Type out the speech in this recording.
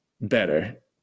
better